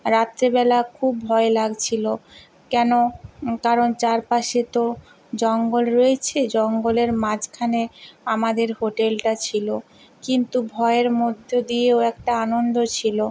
রাত্রিবেলা খুব ভয় লাগছিল কেন কারণ চারপাশে তো জঙ্গল রয়েছে জঙ্গলের মাঝখানে আমাদের হোটেলটা ছিল কিন্তু ভয়ের মধ্য দিয়েও একটা আনন্দ ছিল